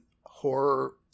horror